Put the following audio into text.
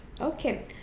Okay